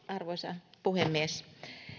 arvoisa puhemies